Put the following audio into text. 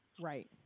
right